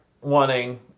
wanting